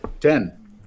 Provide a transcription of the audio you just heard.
Ten